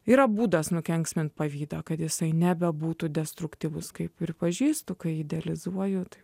yra būdas nukenksminti pavydą kad jisai nebebūtų destruktyvus kaip pripažįstu kai idealizuojate